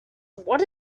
what